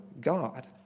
God